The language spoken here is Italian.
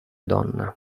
donna